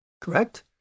correct